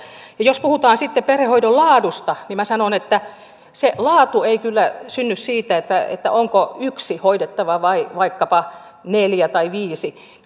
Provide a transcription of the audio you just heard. ja jos puhutaan sitten perhehoidon laadusta niin minä sanon että se laatu ei kyllä synny siitä onko yksi hoidettava vai vaikkapa neljä tai viisi